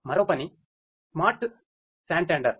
మరో పని స్మార్ట్సాంటండర్